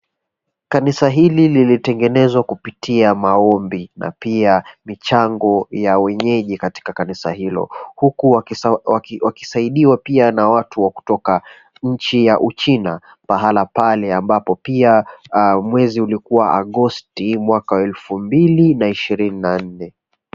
Kanisa hili limetengenezwa kupitia maombi na pia michango ya wenyeji katika kanisa hilo huku wakisaidiwa pia na watu wa kutoka nchi ya uchina pahala pale ambapo pia mwezi ulikuwa Agosti mwaka wa 2024.